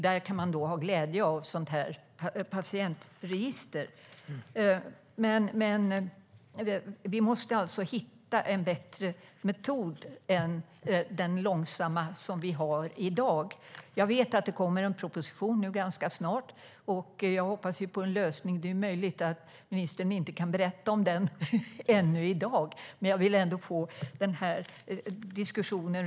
Där kan man då ha glädje av ett patientregister. Vi måste alltså hitta en bättre metod än den långsamma som vi har i dag. Jag vet att det kommer att komma en proposition ganska snart och hoppas på en lösning. Det är möjligt att ministern inte kan berätta om den ännu. Men jag vill ändå få fram den här reflektionen.